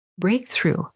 breakthrough